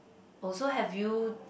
also have you